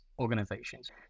organizations